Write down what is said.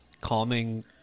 calming